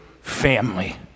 family